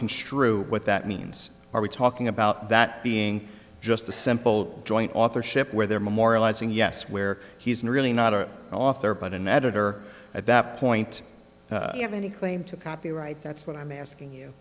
construe what that means are we talking about that being just a simple joint authorship where there memorializing yes where he isn't really not our author but an editor at that point you have any claim to copyright that's what i'm asking you